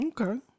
Okay